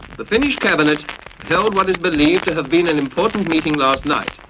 the finnish cabinet held what is believed to have been an important meeting last night.